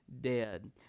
dead